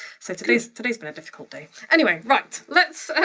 so, today's today's been a difficult day. anyway, right let's.